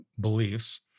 beliefs